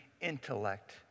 intellect